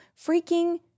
freaking